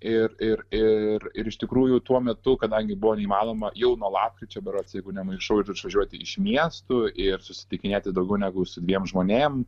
ir ir ir ir iš tikrųjų tuo metu kadangi buvo neįmanoma jau nuo lapkričio berods jeigu nemaišau ir išvažiuoti iš miestų ir susitikinėti daugiau negu su dviem žmonėm